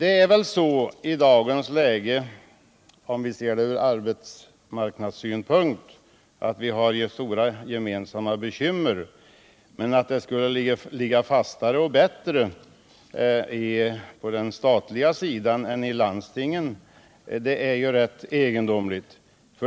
119 Ur arbetsmarknadssynpunkt har vi i dag stora gemensamma bekymmer. Men att dessa tvätterier skulle ligga fastare och bättre i statlig regi än hos landstingen förefaller rätt egendomligt.